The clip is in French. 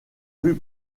rues